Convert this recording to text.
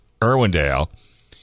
Irwindale